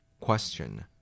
Question